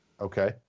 Okay